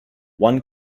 one